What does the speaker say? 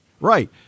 Right